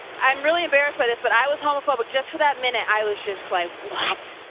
i'm really embarrassed by this, but i was homophobic, just for that minute. i was just like, what!